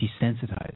desensitized